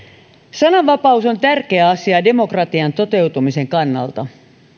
sananvapaus on tärkeä asia demokratian toteutumisen kannalta